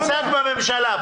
תצעק בממשלה.